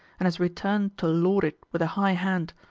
and has returned to lord it with a high hand.